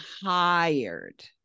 hired